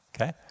okay